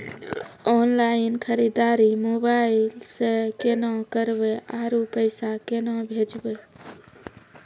Online खरीददारी mobile से केना करबै, आरु पैसा केना भेजबै?